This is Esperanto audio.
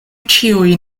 ĉiuj